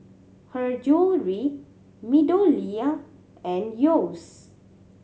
Her Jewellery MeadowLea and Yeo's